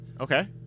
Okay